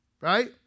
right